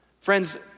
Friends